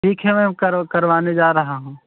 ठीक है मैम करो करवाने जा रहा हूँ